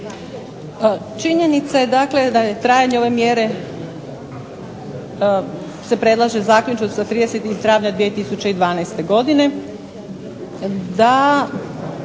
Činjenica je dakle da je trajanje ove mjere se predlaže zaključno sa 30. travnja 2012. godine,